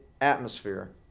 atmosphere